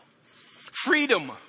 Freedom